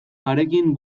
harekin